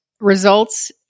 results